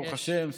ברוך השם,